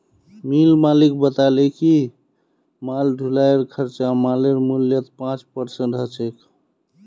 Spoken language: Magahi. मिल मालिक बताले कि माल ढुलाईर खर्चा मालेर मूल्यत पाँच परसेंट ह छेक